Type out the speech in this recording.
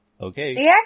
Okay